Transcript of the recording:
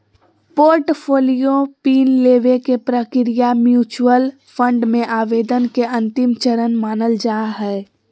portfolio PIN लेबे के प्रक्रिया म्यूच्यूअल फंड मे आवेदन के अंतिम चरण मानल जा हय